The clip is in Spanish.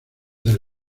del